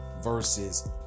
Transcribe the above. versus